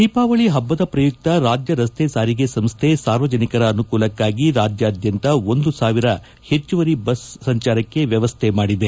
ದೀಪಾವಳಿ ಹಬ್ಬದ ಪ್ರಯುಕ್ತ ರಾಜ್ಯ ರಸ್ತೆ ಸಾರಿಗೆ ಸಂಸ್ಥೆ ಸಾರ್ವಜನಿಕರ ಅನುಕೂಲಕ್ಕಾಗಿ ರಾಜ್ಯಾದ್ಯಂತ ಒಂದು ಸಾವಿರ ಹೆಚ್ಚುವರಿ ಬಸ್ ವ್ಯವಸ್ಥೆ ಮಾಡಿದೆ